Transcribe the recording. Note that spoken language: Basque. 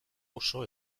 oso